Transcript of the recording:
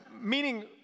Meaning